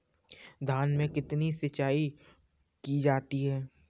धान में कितनी सिंचाई की जाती है?